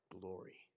glory